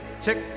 tick